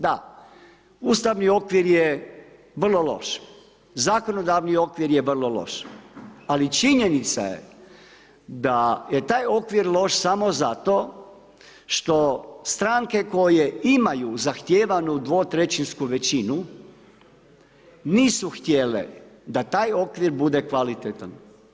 Da, ustavni okvir je vrlo loš, zakonodavni okvir je vrlo loš, ali činjenica je da je taj okvir loš samo to što stranke koje imaju zahtijevanu 2/3-sku većinu nisu htjele da taj okvir bude kvalitetan.